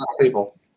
people